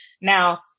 now